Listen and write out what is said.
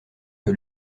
que